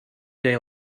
day